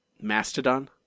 Mastodon